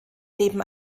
neben